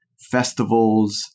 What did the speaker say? festivals